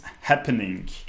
happening